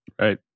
Right